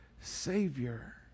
Savior